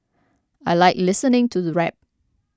I like listening to the rap